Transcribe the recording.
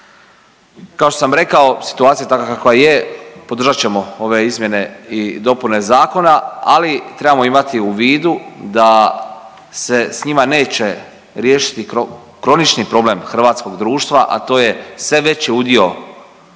Kao što sam rekao situacija je takva kakva je, podržat ćemo ove izmjene i dopune zakona, ali trebamo imati u vidu da se s njima neće riješiti kronični problem hrvatskog društva, a to je sve veći udio